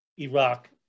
Iraq